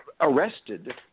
arrested